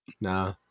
Nah